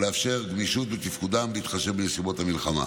ולאפשר גמישות בתפקודם, בהתחשב בנסיבות המלחמה.